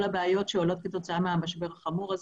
הבעיות שעולות כתוצאה מהמשבר החמור הזה.